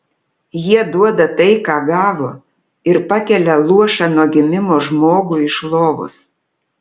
jie duoda tai ką gavo ir pakelia luošą nuo gimimo žmogų iš lovos